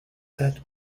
that